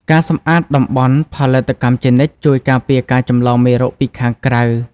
ការសម្អាតតំបន់ ផលិតកម្មជានិច្ច ជួយការពារការចម្លងមេរោគពីខាងក្រៅ។